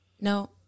No